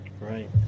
right